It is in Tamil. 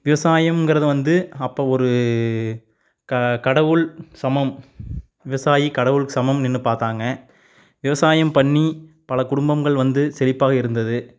விவசாயங்கிறது வந்து அப்போ ஒரு க கடவுள் சமம் விவசாயி கடவுளுக்கு சமம்னு நின்று பார்த்தாங்க விவசாயம் பண்ணி பல குடும்பங்கள் வந்து செழிப்பாக இருந்தது